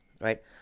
Right